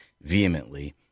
vehemently